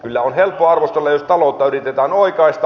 kyllä on helppo arvostella jos taloutta yritetään oikaista